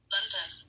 London